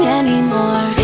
anymore